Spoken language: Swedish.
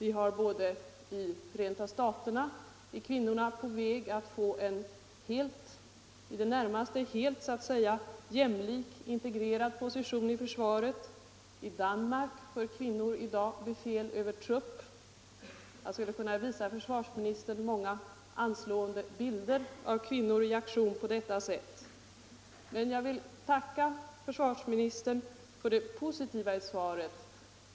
I Förenta staterna är kvinnorna på väg att få en i det närmaste helt integrerad position i försvaret. I Danmark för kvinnor i dag befäl över trupp. Jag skulle kunna visa försvarsministern många anslående bilder av kvinnor i aktion på detta sätt. Jag vill tacka försvarsministern för det positiva i svaret.